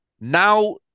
Now